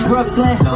Brooklyn